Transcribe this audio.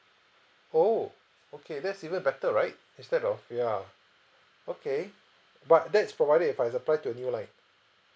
oh okay that's even better right instead of ya okay but that's provided if I apply to a new line